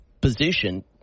position